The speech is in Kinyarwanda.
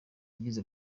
yagize